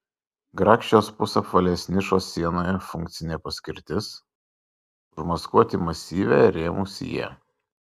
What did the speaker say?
grakščios pusapvalės nišos sienoje funkcinė paskirtis užmaskuoti masyvią rėmų siją